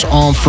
on